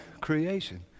creation